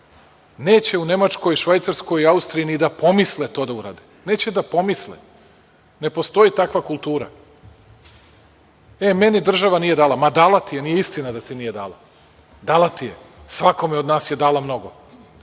Neće u Nemačkoj, Švajcarskoj, Austriji ni da pomisle to da urade, neće da pomisle. Ne postoji takva kultura. E, meni država nije dala. Ma, dala ti je, nije istina da ti nije dala. Dala ti je, svakome od nas je dala mnogo